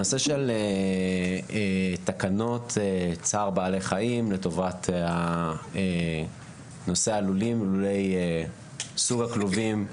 הנושא של תקנות צער בעלי חיים לטובת נושא הלולים וסוג הכלובים,